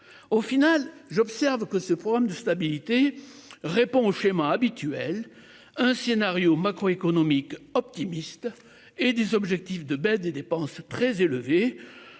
au final j'observe que ce programme de stabilité répond au schéma habituel. Un scénario macroéconomique optimiste et des objectifs de baisse des dépenses très élevées.